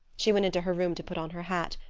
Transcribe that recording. she went into her room to put on her hat,